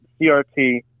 CRT